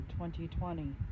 2020